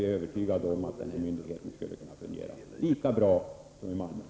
Jag är övertygad om att den här myndigheten skulle kunna fungera lika bra där som i Malmö.